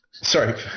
Sorry